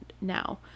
now